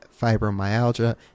fibromyalgia